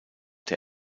der